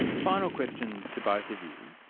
final question to both of you.